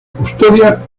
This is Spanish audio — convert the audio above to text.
custodia